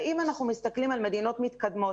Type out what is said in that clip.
אם אנחנו מסתכלים על מדינות מתקדמות